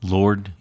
Lord